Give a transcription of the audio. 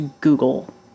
Google